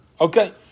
Okay